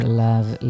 love